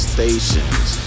Stations